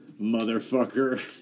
motherfucker